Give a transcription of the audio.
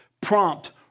prompt